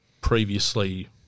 previously